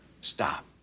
stop